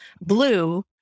blue